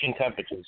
temperatures